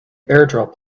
airdrop